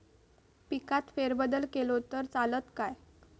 पिकात फेरबदल केलो तर चालत काय?